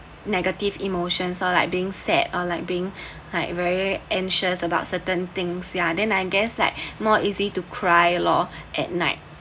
negative emotions or like being sad or like being like very anxious about certain things ya then I guess like more easy to cry lor at night